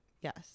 Yes